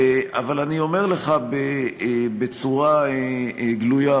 אבל אני אומר לך בצורה גלויה,